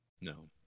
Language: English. No